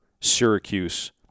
Syracuse